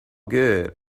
good